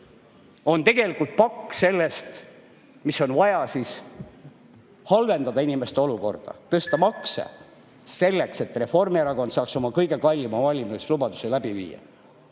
on tegelikult pakk sellest, mis on vaja, et halvendada inimeste olukorda, tõsta makse selleks, et Reformierakond saaks oma kõige kallima valimislubaduse läbi viia.